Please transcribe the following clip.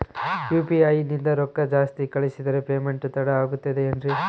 UPI ನಿಂದ ರೊಕ್ಕ ಜಾಸ್ತಿ ಕಳಿಸಿದರೆ ಪೇಮೆಂಟ್ ತಡ ಆಗುತ್ತದೆ ಎನ್ರಿ?